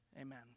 amen